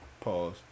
Pause